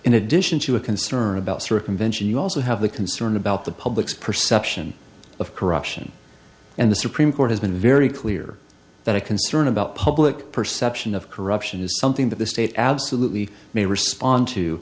in addition to a concern about circumvention you also have the concern about the public's perception of corruption and the supreme court has been very clear that a concern about public perception of corruption is something that the state absolutely may respond to